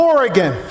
Oregon